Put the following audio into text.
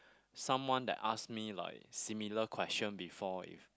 someone that asked me like similar question before if